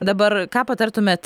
dabar ką patartumėt